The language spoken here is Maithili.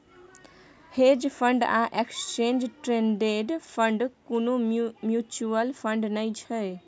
हेज फंड आ एक्सचेंज ट्रेडेड फंड कुनु म्यूच्यूअल फंड नै छै